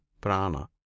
prana